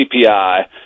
CPI